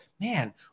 man